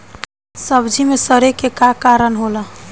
सब्जी में सड़े के का कारण होला?